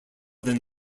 than